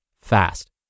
fast